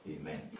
Amen